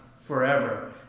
forever